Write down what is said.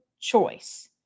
choice